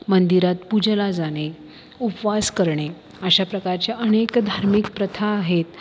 मंदिरात पूजेला जाणे उपवास करणे अशा प्रकारच्या अनेक धार्मिक प्रथा आहेत